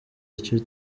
icyo